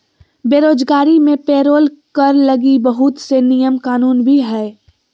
बेरोजगारी मे पेरोल कर लगी बहुत से नियम कानून भी हय